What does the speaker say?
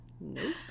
Nope